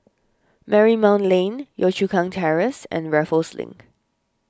Marymount Lane Yio Chu Kang Terrace and Raffles Link